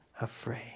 afraid